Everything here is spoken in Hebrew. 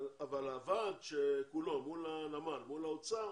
אבל הוועד שכולו מול הנמל ומול האוצר,